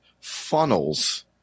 funnels